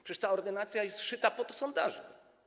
Przecież ta ordynacja jest szyta pod sondaże.